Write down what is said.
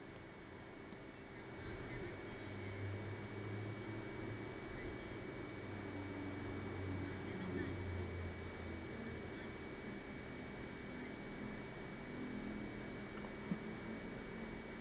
and